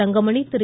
Thangamani Thiru